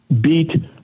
beat